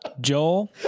Joel